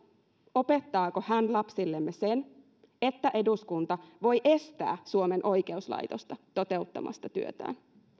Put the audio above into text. opettaako hän lapsillemme sen että eduskunta voi estää suomen oikeuslaitosta toteuttamasta työtään